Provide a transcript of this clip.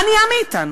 מה נהיה מאתנו?